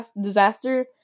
disaster